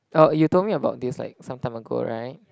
oh you told me about this like some time ago right